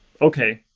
ok,